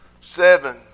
Seven